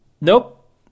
Nope